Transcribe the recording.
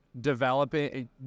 developing